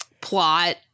plot